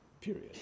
period